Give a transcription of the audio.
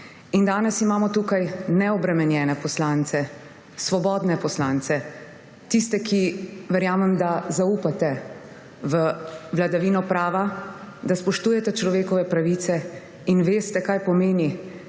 Danes imamo tukaj neobremenjene poslance, svobodne poslance, tiste, ki, verjamem da, zaupate v vladavino prava, spoštujete človekove pravice in veste, kaj pomeni,